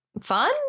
Fun